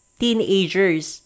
teenagers